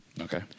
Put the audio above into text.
Okay